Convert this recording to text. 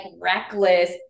reckless